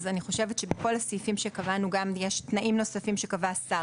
אני חושבת שבכל הסעיפים שקבענו יש תנאים נוספים שקבע השר.